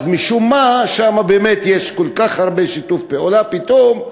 אז משום-מה שם באמת דווקא יש כל כך הרבה שיתוף פעולה פתאום,